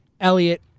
Elliot